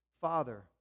Father